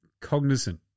cognizant